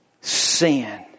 sin